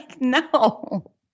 no